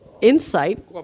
insight